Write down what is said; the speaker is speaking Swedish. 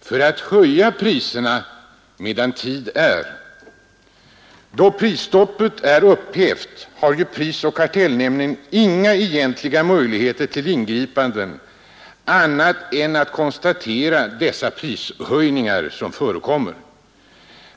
för att höja priserna medan tid är. Då prisstoppet är upphävt har ju prisoch kartellnämnden inga egentliga möjligheter till ingripanden, utan kan bara konstatera de prisökningar som förekommer.